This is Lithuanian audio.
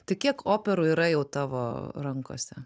tai kiek operų yra jau tavo rankose